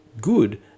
good